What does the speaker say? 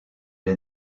est